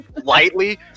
lightly